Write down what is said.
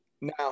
Now